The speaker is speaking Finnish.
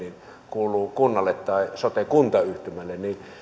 kuuluvat kunnalle tai sote kuntayhtymälle